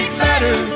better